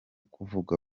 kuvuga